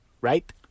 right